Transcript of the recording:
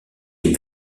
est